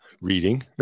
reading